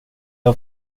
har